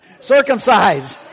circumcised